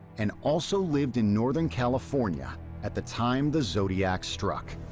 and also lived in northern california at the time the zodiac struck.